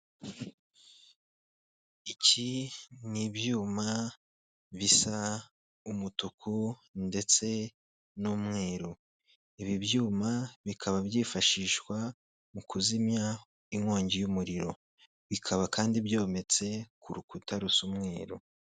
Iki ni ibyuma bisa umutuku ndetse n'umweru. Ibi byuma bikaba byifashishwa mu kuzimya inkongi y'umuriro. Bikaba kandi byometse ku rukuta rusa umweru.